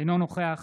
אינו נוכח